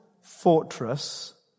fortress